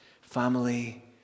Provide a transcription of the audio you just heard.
family